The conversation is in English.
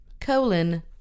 colon